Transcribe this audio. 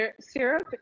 syrup